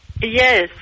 Yes